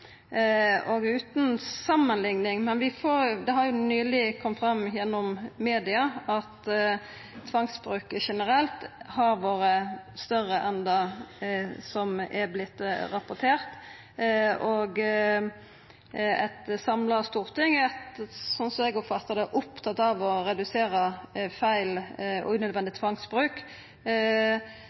virke. Utan samanlikning – men det har nyleg kome fram gjennom media at bruken av tvang generelt har vore større enn det som er vorte rapport. Eit samla storting er – slik eg oppfattar det – opptatt av å redusera talet på feil og òg unødvendig tvangsbruk.